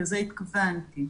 לזה התכוונתי.